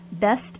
best